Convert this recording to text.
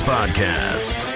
Podcast